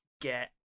get